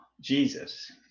Jesus